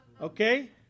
Okay